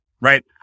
right